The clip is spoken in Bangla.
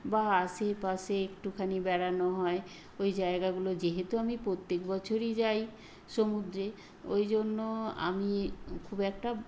বা আশেপাশে একটুখানি বেড়ানো হয় ঐ জায়গাগুলো যেহেতু আমি প্রত্যেক বছরই যাই সমুদ্রে ওই জন্য আমি খুব একটা